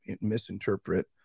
misinterpret